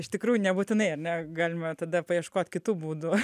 iš tikrųjų nebūtinai ar ne galima tada paieškot kitų būdų